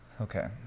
Okay